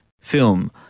film